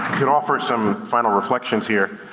could offer some final reflections here.